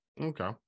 Okay